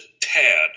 tad